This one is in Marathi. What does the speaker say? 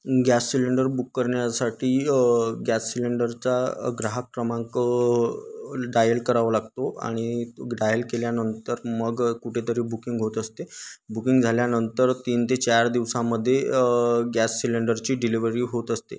गॅस सिलेंडर बुक करण्यासाठी गॅस सिलेंडरचा ग्राहक क्रमांक डायल करावा लागतो आणि तो डायल केल्यानंतर मग कुठेतरी बुकिंग होत असते बुकिंग झाल्यानंतर तीन ते चार दिवसामध्ये गॅस सिलेंडरची डिलेवरी होत असते